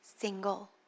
single